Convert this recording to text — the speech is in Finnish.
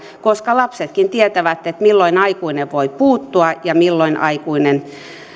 asia koska lapsetkin tietävät milloin aikuinen voi puuttua ja milloin aikuinen